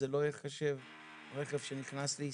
אז זה לא ייחשב רכב שנכנס לישראל.